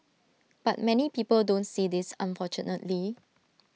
but many people don't see this unfortunately